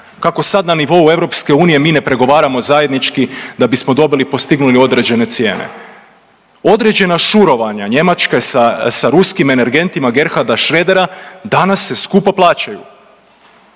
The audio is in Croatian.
kako sad na nivou EU mi ne pregovaramo zajednički da bismo dobili i postignuli određene cijene? Određena šurovanja Njemačke sa, sa ruskim energentima Gerharda Schrodera danas se skupo plaćaju